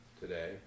today